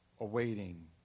Awaiting